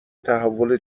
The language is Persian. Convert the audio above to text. تحول